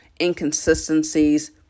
inconsistencies